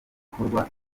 zikorwa